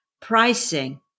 pricing